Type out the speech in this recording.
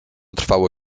trwało